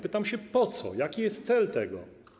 Pytam się: po co, jaki jest cel tego?